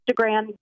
instagram